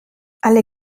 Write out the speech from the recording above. alle